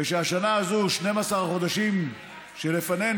ושהשנה הזאת, 12 החודשים שלפנינו,